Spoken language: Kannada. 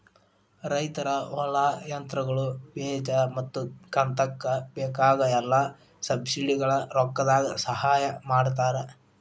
ರೈತರ ಹೊಲಾ, ಯಂತ್ರಗಳು, ಬೇಜಾ ಮತ್ತ ಕಂತಕ್ಕ ಬೇಕಾಗ ಎಲ್ಲಾಕು ಸಬ್ಸಿಡಿವಳಗ ರೊಕ್ಕದ ಸಹಾಯ ಮಾಡತಾರ